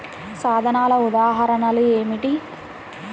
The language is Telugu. సాధనాల ఉదాహరణలు ఏమిటీ?